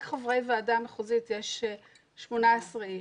רק חברי הוועדה המחוזית הם 18 איש.